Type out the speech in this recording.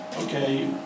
Okay